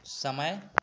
समय